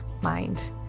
Mind